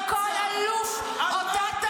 תעני לי, של מי הייתה הקונספציה?